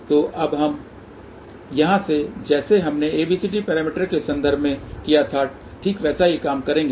तो अब यहाँ से जैसे हमने ABCD पैरामीटर के संदर्भ में किया था ठीक वैसा ही काम करेंगे